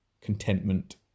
contentment